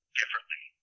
differently